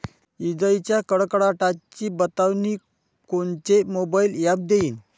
इजाइच्या कडकडाटाची बतावनी कोनचे मोबाईल ॲप देईन?